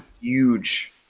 huge